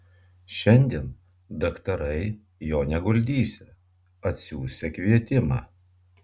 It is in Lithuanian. šiandien daktarai jo neguldysią atsiųsią kvietimą